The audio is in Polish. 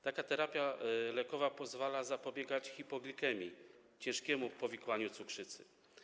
Taka terapia lekowa pozwala zapobiegać hipoglikemii, ciężkiemu powikłaniu cukrzycy.